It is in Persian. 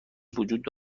وجود